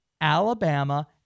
Alabama